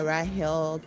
Rahel